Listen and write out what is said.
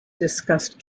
discussed